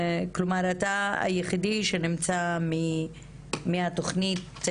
אתה היחידי שנמצא מהתוכנית,